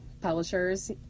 publishers